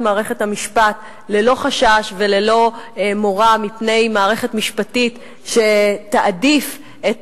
מערכת המשפט ללא חשש וללא מורא מפני מערכת משפטית שתעדיף את